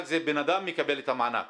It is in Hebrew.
בן אדם מקבל את המענק